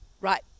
Right